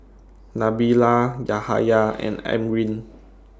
Nabila Yahaya and Amrin